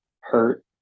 hurt